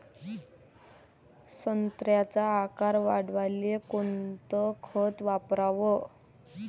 संत्र्याचा आकार वाढवाले कोणतं खत वापराव?